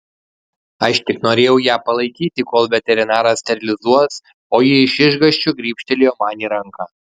aš tik norėjau ją palaikyti kol veterinaras sterilizuos o ji iš išgąsčio gribštelėjo man į ranką